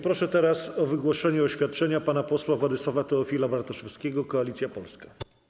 Proszę o wygłoszenie oświadczenia pana posła Władysława Teofila Bartoszewskiego, Koalicja Polska.